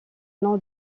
nom